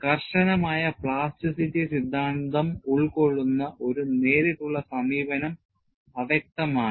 കർശനമായ പ്ലാസ്റ്റിറ്റി സിദ്ധാന്തം ഉൾക്കൊള്ളുന്ന ഒരു നേരിട്ടുള്ള സമീപനം അവ്യക്തമാണ്